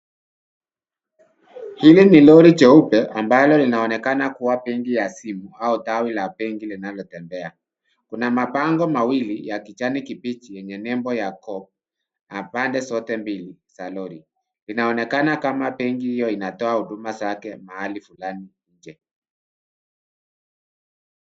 Hili ni Lori jeupe ambalo linaonekana kuwa benki ya simu au tawi la benki linalotembea. Kuna mabango mawili ya kijani kibichi yenye lebo coop na pande zote mbili za lori. Inaonekana kama benki hiyo inatoa huduma zake mahali fulani nje.